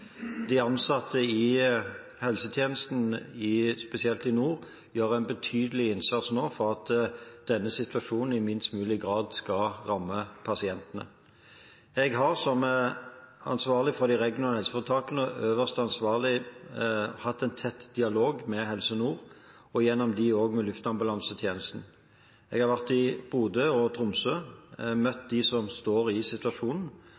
De ansatte i helsetjenesten, spesielt i nord, gjør nå en betydelig innsats for at denne situasjonen i minst mulig grad skal ramme pasientene. Jeg har som ansvarlig for de regionale helseforetakene, øverste ansvarlige, hatt en tett dialog med Helse Nord og gjennom dem også med Luftambulansetjenesten. Jeg har vært i Bodø og Tromsø, møtt dem som står i situasjonen,